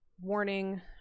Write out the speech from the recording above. warning